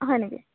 হয় নেকি